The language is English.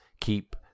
keep